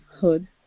hood